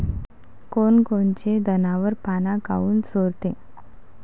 कोनकोनचे जनावरं पाना काऊन चोरते?